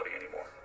anymore